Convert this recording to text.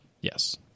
yes